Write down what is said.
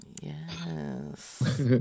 Yes